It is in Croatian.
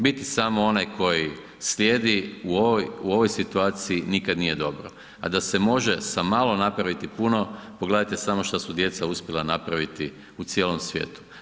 Biti samo onaj koji slijedi u ovoj situaciji nikad nije dobro, a da se može sa malo napraviti puno pogledajte samo šta su djeca uspjela napraviti u cijelom svijetu.